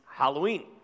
Halloween